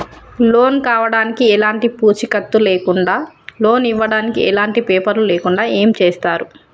Loan కావడానికి ఎలాంటి పూచీకత్తు లేకుండా లోన్ ఇవ్వడానికి ఎలాంటి పేపర్లు లేకుండా ఏం చేస్తారు?